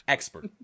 Expert